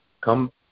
come